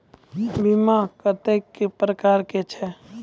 बीमा कत्तेक प्रकारक छै?